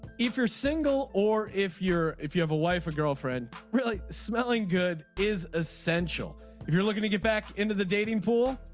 if you're single or if you're if you have a wife or girlfriend really smelling good is essential if you're looking to get back into the dating pool.